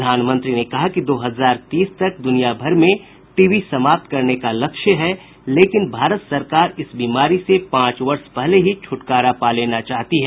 प्रधानमंत्री ने कहा कि दो हजार तीस तक दुनियाभर में टीबी समाप्त करने का लक्ष्य है लेकिन भारत सरकार इस बीमारी से पांच वर्ष पहले ही छुटकारा पा लेना चाहती है